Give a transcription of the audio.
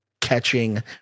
catching